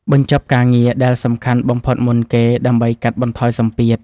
បញ្ចប់ការងារដែលសំខាន់បំផុតមុនគេ ដើម្បីកាត់បន្ថយសម្ពាធ។